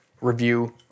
review